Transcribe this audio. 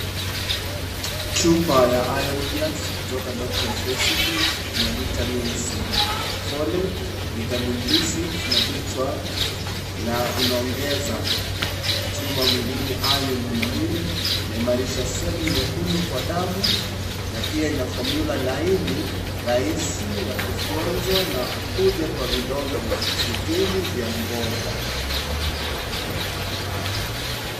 Chupa ya Iron plus kutoka Doctor's recipes ina vitamini C, Folate, Vitamin B6 na B12 na inaongeza chuma mwilini , iron mwilini , inaimarisha seli nyekundu kwa damu na pia ina fomula laini rahisi ya kuvyonzwa na huja kwa vidonge sitini vya mboka.